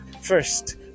first